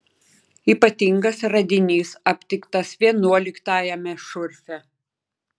ypatingas radinys aptiktas vienuoliktajame šurfe